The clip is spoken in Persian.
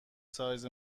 سایز